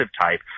type